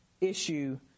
issue